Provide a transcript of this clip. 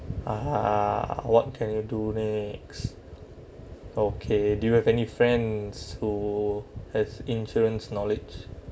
ah what can you do next okay do you have any friends who has insurance knowledge